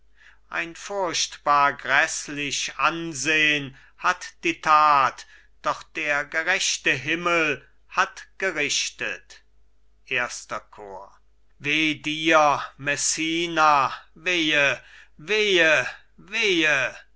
ein furchtbar gräßlich ansehn hat die that doch der gerechte himmel hat gerichtet erster chor cajetan weh die messina wehe wehe wehe